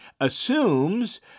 assumes